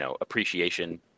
appreciation